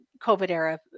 COVID-era